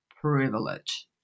privilege